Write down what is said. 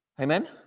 Amen